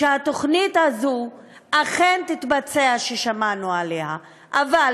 שהתוכנית הזו ששמענו עליה אכן תתבצע,